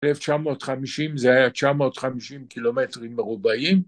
1950 זה היה 950 קילומטרים מרובעים